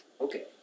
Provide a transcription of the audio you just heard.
okay